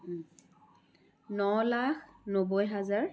ন লাখ নব্বৈ হাজাৰ